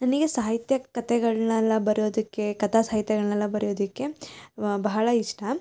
ನನಗೆ ಸಾಹಿತ್ಯ ಕಥೆಗಳ್ನೆಲ್ಲ ಬರೆಯೋದಕ್ಕೆ ಕಥಾ ಸಾಹಿತ್ಯಗಳನ್ನೆಲ್ಲ ಬರೆಯೋದಕ್ಕೆ ಬಹಳ ಇಷ್ಟ